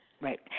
Right